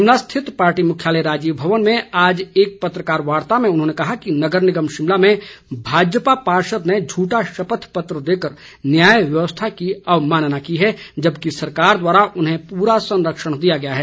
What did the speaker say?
शिमला स्थित पार्टी मुख्यालय राजीव भवन में आज एक पत्रकार वार्ता में उन्होंने कहा कि नगर निगम शिमला में भाजपा पार्षद ने झूठा शपथ पत्र देकर न्याय व्यवस्था की अवमानना की है जबकि सरकार द्वारा उन्हें पूरा संरक्षण दिया गया है